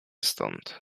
stąd